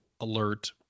alert